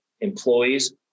employees